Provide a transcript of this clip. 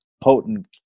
potent